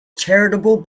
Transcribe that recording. charitable